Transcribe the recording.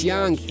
Young